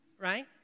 right